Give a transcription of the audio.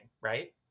right